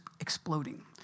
exploding